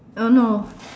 uh no